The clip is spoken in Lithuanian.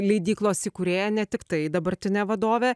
leidyklos įkūrėja ne tiktai dabartinė vadovė